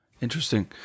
interesting